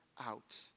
out